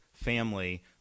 family